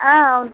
అవును